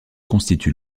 constitue